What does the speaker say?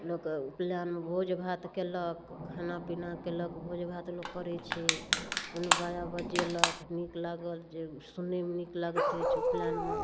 लोक उपनयनमे भोज भात कयलक खाना पीना कयलक भोज भात लोक करै छै कोनो बाजा बजेलक नीक लागल जे सुनयमे नीक लागिते छै उपनयनमे